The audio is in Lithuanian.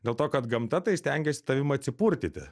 dėl to kad gamta tai stengiasi tavim atsipurtyti